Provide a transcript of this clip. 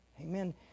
Amen